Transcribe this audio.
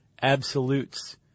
absolutes